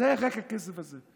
זה היה רק הכסף הזה.